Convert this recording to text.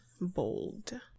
bold